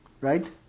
Right